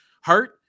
hurt